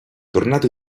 tornato